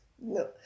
no